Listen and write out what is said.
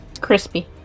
Crispy